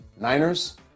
Niners